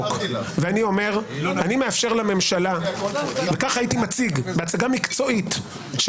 ואני אומר שאני מאפשר לממשלה וכך הייתי מציג בהצגה מקצועית של